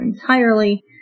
entirely